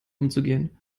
umzugehen